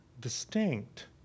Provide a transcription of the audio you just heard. distinct